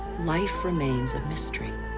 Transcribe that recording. life remains a mystery.